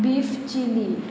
beef chilly